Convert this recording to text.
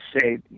say